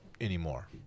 anymore